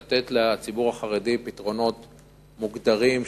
לתת לציבור החרדי פתרונות מוגדרים,